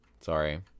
Sorry